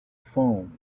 phone